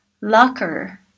Locker